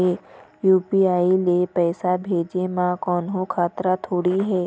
UPI ले पैसे भेजे म कोन्हो खतरा थोड़ी हे?